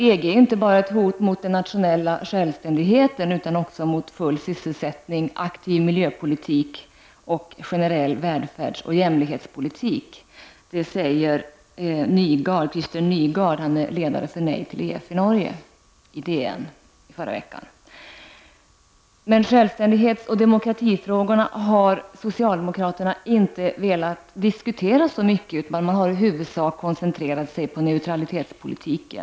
EG är inte bara ett hot mot den nationella självständigheten, utan också mot full sysselsättning, aktiv miljöpolitik och generell välfärds och jämlikhetspolitik. Detta säger Kristen DN i förra veckan. Men självständighets och demokratifrågorna har socialdemokraterna inte velat diskutera så mycket, utan man har i huvudsak koncentrerat sig på neutralitetspolitiken.